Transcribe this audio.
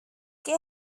qué